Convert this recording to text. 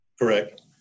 Correct